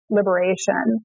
liberation